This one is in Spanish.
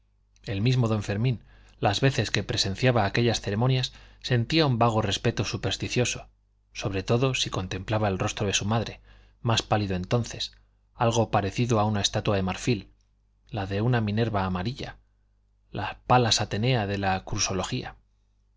el mismo don fermín las veces que presenciaba aquellas ceremonias sentía un vago respeto supersticioso sobre todo si contemplaba el rostro de su madre más pálido entonces algo parecido a una estatua de marfil la de una minerva amarilla la palas atenea de la